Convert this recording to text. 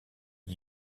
est